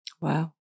Wow